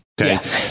Okay